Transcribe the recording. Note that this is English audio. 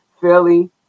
Philly